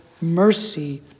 mercy